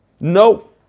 No